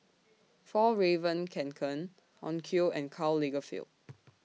Fjallraven Kanken Onkyo and Karl Lagerfeld